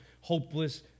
hopeless